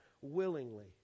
willingly